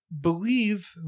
believe